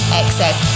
excess